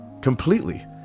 Completely